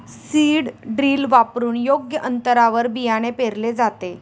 seed drill वापरून योग्य अंतरावर बियाणे पेरले जाते